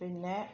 പിന്നെ